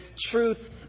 truth